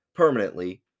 permanently